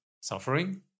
suffering